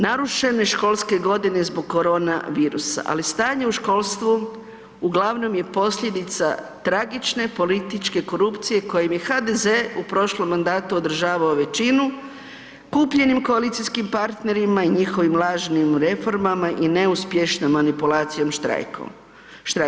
Narušene školske godine zbog korona virusa, ali stanje u školstvu uglavnom je posljedica tragične političke korupcije kojem je HDZ u prošlom mandatu održavao većinu kupljenim koalicijskim partnerima i njihovim lažnim reformama i neuspješnom manipulacijom štrajkom.